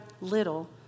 little